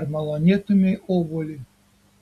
ar malonėtumei obuolį